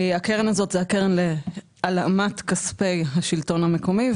הקרן הזאת היא הקרן להלאמת כספי השלטון המקומי.